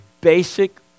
basic